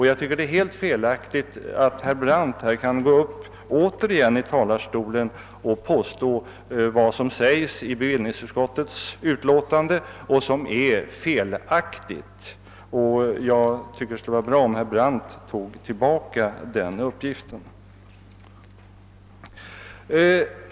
Jag tycker att det är beklagligt att herr Brandt återigen kan gå upp i talarstolen och hävda riktigheten i vad som sägs i bevillningsutskottets utlåtande, när detta är felaktigt. Det skulle vara bra om herr Brandt toge tillbaka den uppgiften.